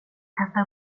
kasta